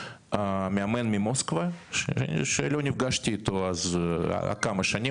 מאמן ממוסקבה שלא נפגשתי איתו כמה שנים.